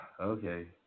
Okay